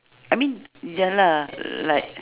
I mean ya lah like